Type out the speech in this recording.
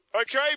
Okay